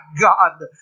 God